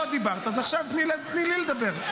לא דיברת, אז עכשיו תני לי לדבר.